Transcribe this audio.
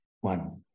one